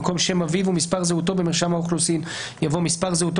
במקום "שם אביו ומספר זהותו במרשם האוכלוסין" יבוא "מספר זהותו